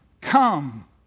come